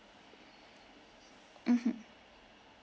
mmhmm